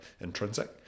intrinsic